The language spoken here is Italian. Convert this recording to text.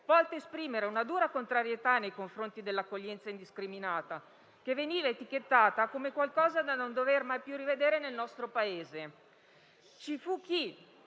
volte a esprimere una dura contrarietà nei confronti dell'accoglienza indiscriminata, che veniva etichettata come qualcosa da non dover mai più rivedere nel nostro Paese. Ci fu chi,